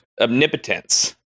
omnipotence